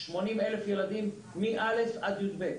80,000 ילדים מכיתה א'-יב'.